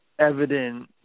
evident